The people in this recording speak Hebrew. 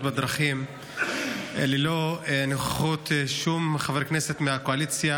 בדרכים ללא נוכחות שום חבר כנסת מהקואליציה.